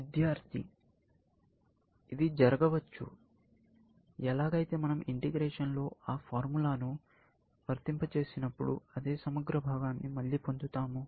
విద్యార్థి ఇది జరగవచ్చు ఏలాగైతె మనం ఇంటిగ్రేషన్ లో ఆ ఫార్ములాను వర్తింపజేసినప్పుడు అదే సమగ్ర భాగాన్ని మళ్ళీ పొందుతాము